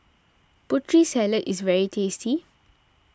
Putri Salad is very tasty